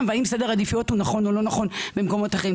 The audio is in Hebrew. והאם סדר העדיפויות הוא נכון או לא נכון במקומות אחרים,